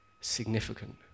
significant